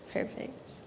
Perfect